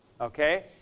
Okay